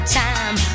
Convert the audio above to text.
time